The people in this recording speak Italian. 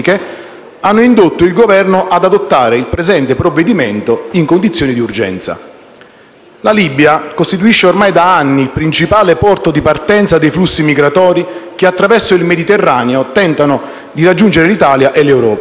hanno indotto il Governo ad adottare il presente provvedimento in condizioni di urgenza. La Libia costituisce ormai da anni il principale porto di partenza dei flussi migratori che attraverso il Mediterraneo tentano di raggiungere l'Italia e l'Europa.